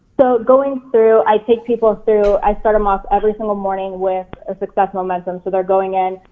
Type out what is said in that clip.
so going through, i take people through, i start em off every single morning with a success momentum. so they're going in,